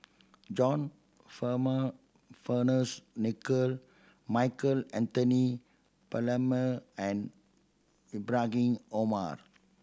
John Farmer Fearns Nicoll Michael Anthony Palmer and Ibrahim Omar